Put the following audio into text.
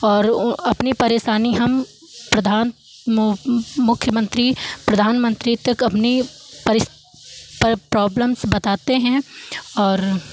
और ओ अपनी परेशानी हम प्रधान मुख्य मंत्री प्रधान मंत्री तक अपनी परिस पर प्रॉब्लम्स बताते हैं और